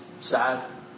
sad